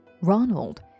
Ronald